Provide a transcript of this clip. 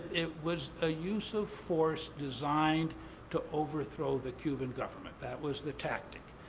it was a use of force designed to overthrow the cuban government. that was the tactic.